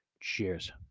Cheers